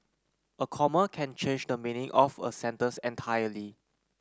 a comma can change the meaning of a sentence entirely